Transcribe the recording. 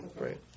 right